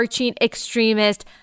extremist